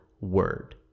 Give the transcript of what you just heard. word